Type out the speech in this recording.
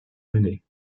menée